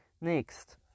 Next